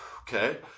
okay